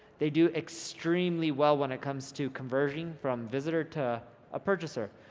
they do extremely well when it comes to conversion from visitor to a purchaser.